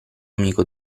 amico